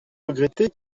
regretter